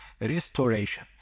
restoration